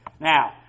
Now